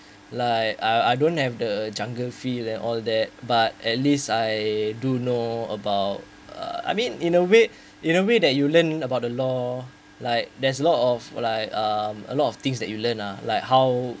like I I don't have the jungle feel and all that but at least I do know about uh I mean in a way in a way that you learn about the law like there's a lot of uh like um a lot of things that you learn uh like how